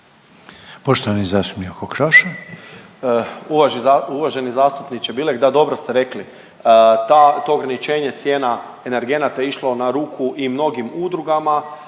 Tomislav (HDZ)** Uvažen… uvaženi zastupniče Bilek da dobro ste rekli. Ta, to ograničenje cijene energenata išlo je na ruku i mnogim udrugama,